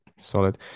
Solid